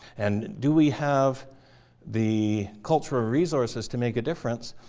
and do we have the cultural resources to make a difference?